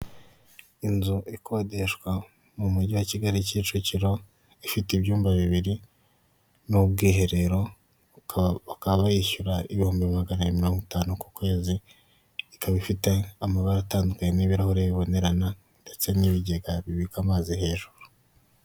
Inzu ikodeshwa mu mugi wa Kigali Kicukiro ifite ibyumba bibiri, n'ubwiherero bakaba bayishyura ibihumbi magana abiri na mirongo itanu ku kwezi, ikaba ifite amabara atandukanye n'ibirahure bibonerana ndetse n'ibigega bibika amazi hejuru.